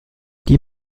die